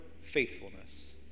faithfulness